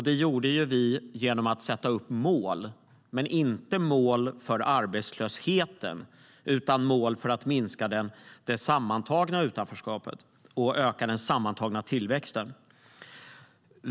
Det gjorde vi genom att sätta upp mål, men inte mål för arbetslösheten, utan mål för att minska det sammantagna utanförskapet och öka den sammantagna tillväxten.